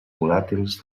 volàtils